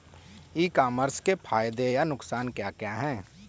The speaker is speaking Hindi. ई कॉमर्स के फायदे या नुकसान क्या क्या हैं?